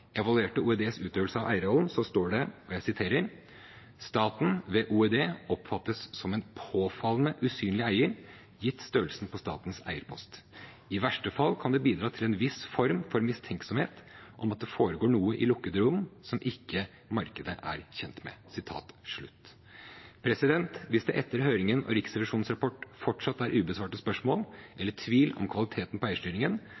evaluerte Olje- og energidepartementets utøvelse av eierrollen, står det – og jeg siterer: Staten, ved OED, oppfattes som en påfallende usynlig eier, gitt størrelsen på statens eierpost. I verste fall kan det bidra til en viss form for mistenksomhet om at det foregår noe i lukkede rom som ikke markedet er kjent med. Hvis det etter høringen og Riksrevisjonens rapport fortsatt er ubesvarte spørsmål eller tvil om kvaliteten på eierstyringen,